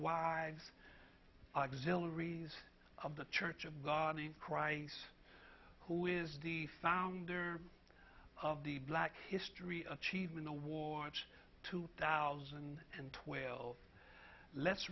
wives auxilary of the church of god in christ who is the founder of the black history achievement awards two thousand and twelve le